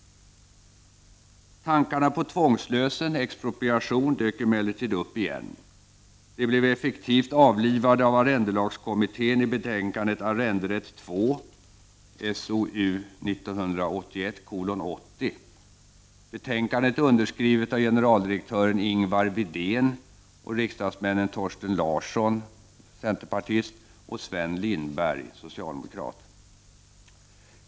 Tankarna på tvångslösen, expropriation, dök emellertid upp igen. De blev effektivt avlivade av arrendelagskommittén i betänkandet Arrenderätt 2 . Betänkandet är underskrivet av generaldirektören Ingvar Widén och riksdagsmännen Thorsten Larsson, centerpartist och Sven Lindberg, socialdemokrat.